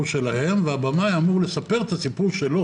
שלהם והבמאי אמור לספר את הסיפור שלו.